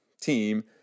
team